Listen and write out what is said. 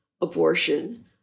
abortion